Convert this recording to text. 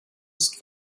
ist